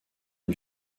une